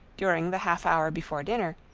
during the half-hour before dinner,